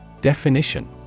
Definition